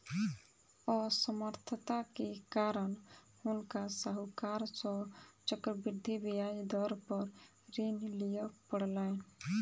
असमर्थता के कारण हुनका साहूकार सॅ चक्रवृद्धि ब्याज दर पर ऋण लिअ पड़लैन